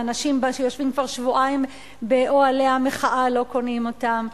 האנשים שיושבים כבר שבועיים באוהלי המחאה לא קונים אותן.